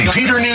Peter